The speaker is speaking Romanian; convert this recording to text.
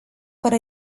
fără